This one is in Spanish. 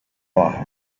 baja